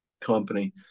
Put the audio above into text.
company